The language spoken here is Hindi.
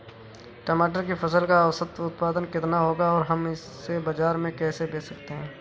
टमाटर की फसल का औसत उत्पादन कितना होगा और हम इसे बाजार में कैसे बेच सकते हैं?